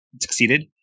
succeeded